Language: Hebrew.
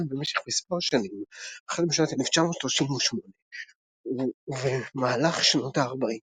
במשך מספר שנים החל משנת 1938 ובמהלך שנות ה-40,